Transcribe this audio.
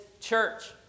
church